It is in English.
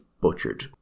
butchered